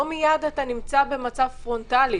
לא מיד אתה נמצא במצב פרונטלי.